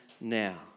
now